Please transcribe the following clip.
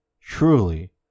truly